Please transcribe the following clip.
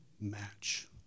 match